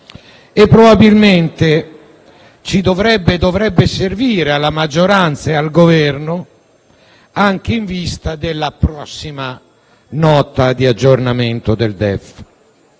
e probabilmente dovrebbe servire alla maggioranza e al Governo anche in vista della prossima Nota di aggiornamento al DEF.